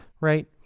Right